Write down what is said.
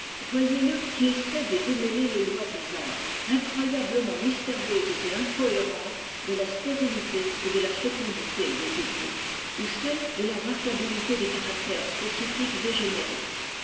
infinie voyez-le qui essaie de démêler les lois bizarres incroyablement mystérieuses et incohérentes de la stérilité et de la fécondité des hybrides ou celles de la variabilité des caractères spécifiques et génériques